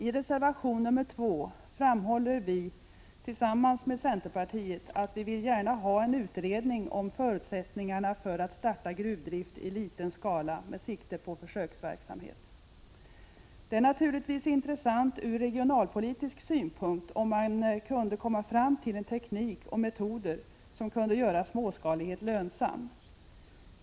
I reservation 2 framhåller vi, tillsammans med centern, att vi gärna vill ha en utredning om förutsättningarna för att starta gruvdrift i liten skala med sikte på försöksverksamhet. Det vore naturligtvis intressant från regionalpolitisk synpunkt, om man kunde komma fram till teknik och metoder som kunde göra småskalighet lönsam.